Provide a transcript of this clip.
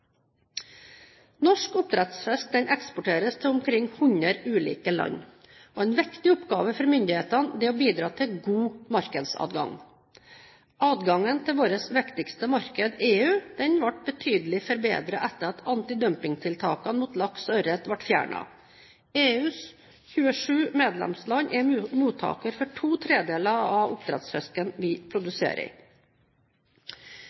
Norsk oppdrettsfisk eksporteres til omkring 100 ulike land. En viktig oppgave for myndighetene er å bidra til god markedsadgang. Adgangen til vårt viktigste marked, EU, ble betydelig forbedret etter at antidumpingtiltakene mot laks og ørret ble fjernet. EUs 27 medlemsland er mottakere av to tredeler av oppdrettsfisken vi